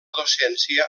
docència